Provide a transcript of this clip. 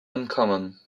uncommon